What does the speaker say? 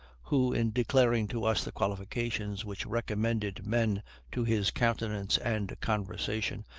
who, in declaring to us the qualifications which recommended men to his countenance and conversation,